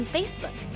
Facebook